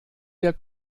der